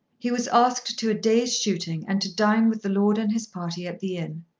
he was asked to a day's shooting and to dine with the lord and his party at the inn.